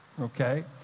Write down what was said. okay